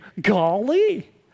Golly